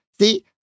See